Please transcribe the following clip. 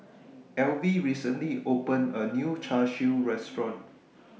Alvy recently opened A New Char Siu Restaurant